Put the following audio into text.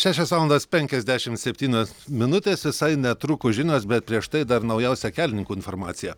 šešios valandos penkiasdešimt septynios minutės visai netrukus žinos bet prieš tai dar naujausia kelininkų informacija